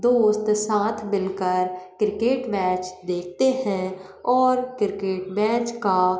दोस्त साथ मिल कर क्रिकेट मैच देखते हैं और क्रिकेट मैच का